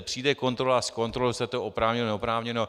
Přijde kontrola, zkontroluje se to, oprávněné neoprávněné.